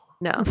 No